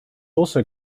also